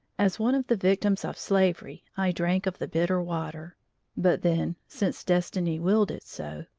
as one of the victims of slavery i drank of the bitter water but then, since destiny willed it so,